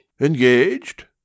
Engaged